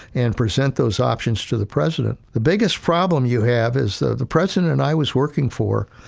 and present those options to the president. the biggest problem you have is the the president and i was working for,